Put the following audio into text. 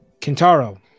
Kintaro